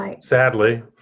sadly